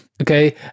okay